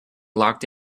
locked